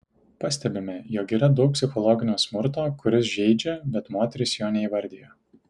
pastebime jog yra daug psichologinio smurto kuris žeidžia bet moterys jo neįvardija